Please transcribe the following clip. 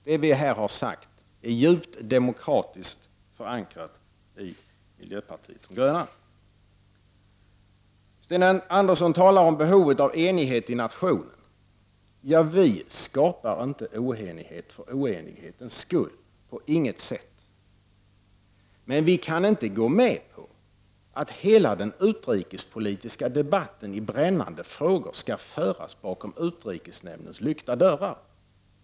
Det vi här har sagt är djupt demokratiskt förankrat i miljöpartiet de gröna. Sten Andersson talar om behovet av enighet inom nationen. Vi skapar inte oenighet för oenighetens skull, inte på något sätt. Men vi kan inte gå med på att hela den utrikespolitiska debatten i brännande frågor skall föras bakom utrikesnämndens lyckta dörrar.